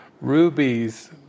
rubies